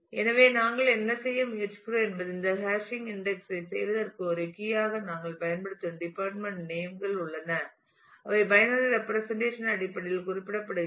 எனவே நாங்கள் என்ன செய்ய முயற்சிக்கிறோம் என்பது இந்த ஹேஷிங் இன்டெக்ஸ் ஐ செய்வதற்கு ஒரு கீ ஆக நாங்கள் பயன்படுத்தும் டிபார்ட்மெண்ட் நேம் கள் உள்ளன அவை பைனரி ரெப்பிரசன்டேஷன் அடிப்படையில் குறிப்பிடப்படுகின்றன